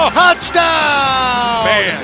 touchdown